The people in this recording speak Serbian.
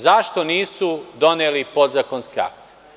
Zašto nisu doneli podzakonski akt.